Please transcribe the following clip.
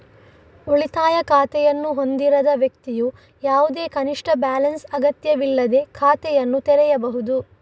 ಉಳಿತಾಯ ಖಾತೆಯನ್ನು ಹೊಂದಿರದ ವ್ಯಕ್ತಿಯು ಯಾವುದೇ ಕನಿಷ್ಠ ಬ್ಯಾಲೆನ್ಸ್ ಅಗತ್ಯವಿಲ್ಲದೇ ಖಾತೆಯನ್ನು ತೆರೆಯಬಹುದು